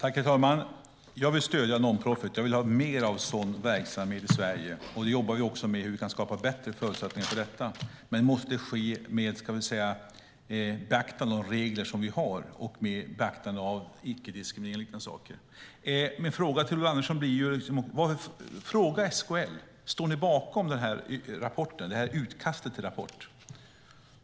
Herr talman! Jag vill stödja non-profit. Jag vill ha mer sådan verksamhet i Sverige, och vi jobbar med att se hur vi kan skapa bättre förutsättningar för det. Det måste dock ske med beaktande av de regler vi har och med beaktande av icke-diskriminering och liknande. Det jag vill säga till Ulla Andersson är att hon ska vända sig till SKL och fråga om de står bakom rapporten, eller utkastet till rapport.